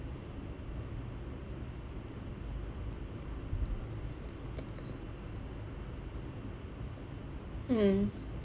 mm